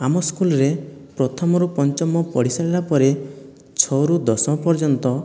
ଆମ ସ୍କୁଲ୍ରେ ପ୍ରଥମରୁ ପଞ୍ଚମ ପଢ଼ିସାରିଲା ପରେ ଛଅରୁ ଦଶମ ପର୍ଯ୍ୟନ୍ତ